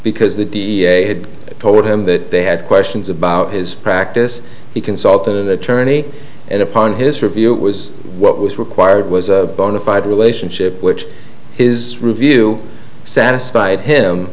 because the had told him that they had questions about his practice he consulted an attorney and upon his review it was what was required was a bona fide relationship which his review satisfied him